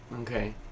Okay